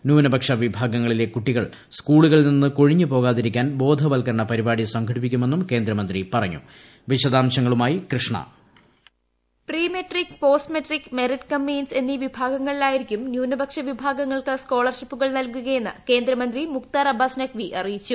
ന്യൂനപക്ഷ വിഭാഗങ്ങളിലെ കുട്ടികൾ സ്കൂളുകളിൽ നിന്ന് കൊഴിഞ്ഞുപോകാതിരിക്കാൻ ബോധവത്ക്കരണ പരിപാടി സംഘടിപ്പിക്കുമെന്നും കേന്ദ്രമന്ത്രി പറഞ്ഞു വിശദാംശങ്ങളുമായി Krishna voice prematric postmatric merit cum means എന്നി വിഭാഗങ്ങളിലായിരിക്കും വിഭാഗങ്ങൾക്ക് സ്കോളർഷിപ്പുകൾ നൽകുകയെന്ന് കേന്ദ്ര മന്ത്രി മുക്താർ അബ്ബാസ് നഖ്പി അറിയിച്ചു